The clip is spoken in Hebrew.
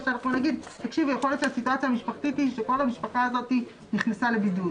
או נגיד שהסיטואציה המשפחתית היא שכל המשפחה הזאת נכנסה לבידוד?